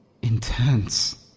Intense